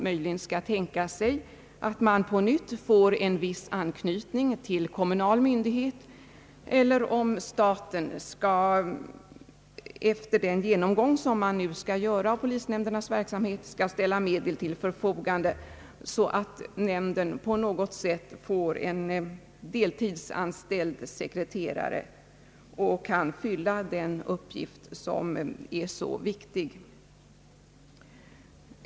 Möjligen kan man tänka sig att det på nytt blir en viss anknytning till kommunal myndighet eller att staten — efter den genomgång som nu skall göras av polisnämndernas verksamhet — ställer me del till förfogande så att nämnderna får deltidsanställda sekreterare och kan fylla sin viktiga uppgift.